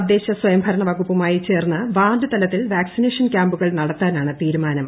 തദ്ദേശസ്വയംഭരണ വകുപ്പുമായി ചേർന്ന് വാർഡ് തലത്തിൽ ് വാക്സിനേഷൻ ക്യാമ്പുകൾ നടത്താനാണ് തീരുമാനം